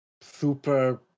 super